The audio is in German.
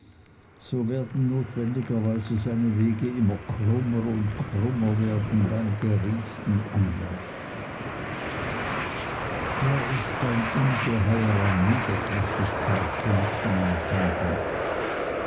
so werden notwendigerweise seine wege immer krummer und krummer werden beim geringsten anlaß er ist ein ungeheuer an niederträchtigkeit bemerkte meine tante